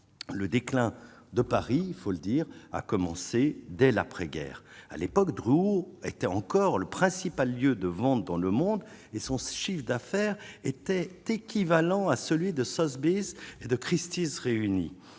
le déclin de Paris, il faut le dire, a commencé dès l'après-guerre à l'époque de était encore le principal lieu de vente dans le monde et son chiffre d'affaires était équivalent à celui de Sotheby's et de Christie's réunis